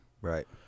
right